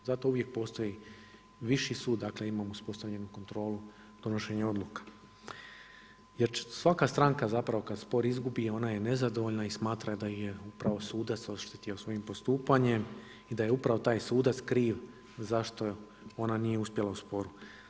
Zato uvijek postoji viši sud, dakle imamo uspostavljenu kontrolu donošenja odluka jer svaka stranka zapravo kad spor izgubi, ona je nezadovoljna i smatra da ju je upravo sudac oštetio svojim postupanjem i da je upravo taj sudac kriv zašto ona nije uspjela u sporu.